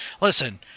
listen